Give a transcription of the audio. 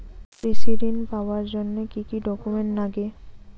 কৃষি ঋণ পাবার জন্যে কি কি ডকুমেন্ট নাগে?